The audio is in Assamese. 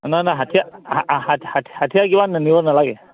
নহয় নহয় হাঠীয়াৰ হাঠিয়াৰ কিবা নিব নালাগে